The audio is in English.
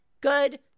Good